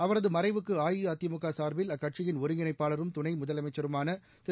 அவரது மறைவுக்கு அஇஅதிமுக சார்பில் அக்கட்சியின் ஒருங்கிணைப்பாளரும் துணை முதலமைச்சருமான திரு